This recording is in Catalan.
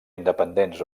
independents